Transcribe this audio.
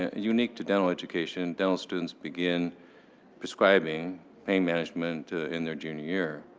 unique to dental education, dental students begin prescribing pain management in their junior year.